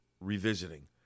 revisiting